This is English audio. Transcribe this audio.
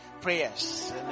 prayers